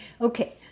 Okay